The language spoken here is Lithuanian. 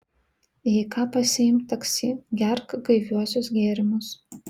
jei ką pasiimk taksi gerk gaiviuosius gėrimus